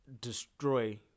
destroy